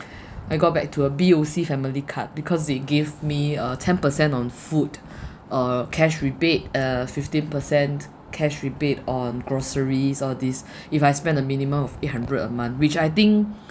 I got back to a B_O_C family card because they give me uh ten per cent on food uh cash rebate uh fifteen per cent cash rebate on groceries all these if I spend a minimum of eight hundred a month which I think